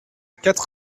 quatre